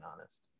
honest